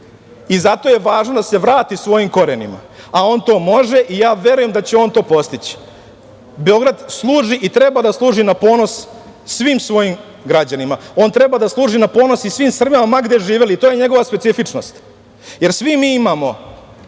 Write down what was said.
i zato je važno da se vrati svojim korenima, a on to može i ja verujem da će on to postići. Beograd služi i treba da služi na ponos svim svojim građanima. On treba da služi na ponos i svim Srbima, ma gde živeli i to je njegova specifičnost. Jer svi mi imamo